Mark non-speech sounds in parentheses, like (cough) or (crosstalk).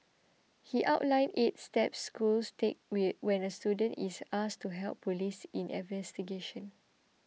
he outlined eight steps schools take (unintelligible) when a student is asked to help police in investigations